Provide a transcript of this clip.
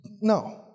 No